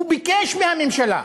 הוא ביקש מהממשלה,